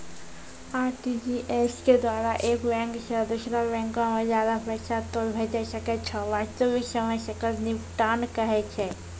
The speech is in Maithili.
आर.टी.जी.एस के द्वारा एक बैंक से दोसरा बैंको मे ज्यादा पैसा तोय भेजै सकै छौ वास्तविक समय सकल निपटान कहै छै?